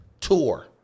tour